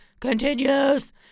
continues